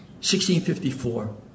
1654